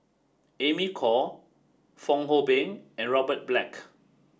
Amy Khor Fong Hoe Beng and Robert Black